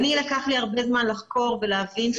לקח לי הרבה זמן לחקור ולהבין,